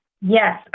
Yes